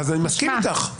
אני מסכים איתך.